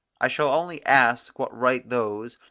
i shall only ask what right those,